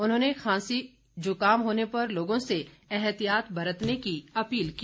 उन्होंने खांसी जुकाम होने पर लोगों से एहतियात बरतने की अपील की